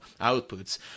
outputs